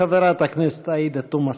חברת הכנסת עאידה תומא סלימאן,